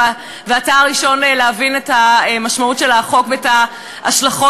ואתה הראשון להבין את המשמעות של החוק ואת ההשלכות,